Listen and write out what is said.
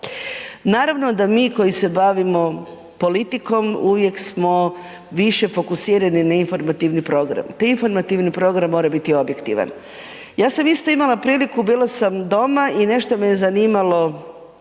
Naravno da mi koji se bavimo politikom uvijek smo više fokusirani na informativni program. Taj informativni program mora biti objektivan. Ja sam isto imala priliku, bila sam doma i nešto me je zanimalo